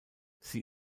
sie